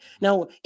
Now